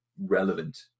relevant